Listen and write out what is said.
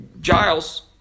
Giles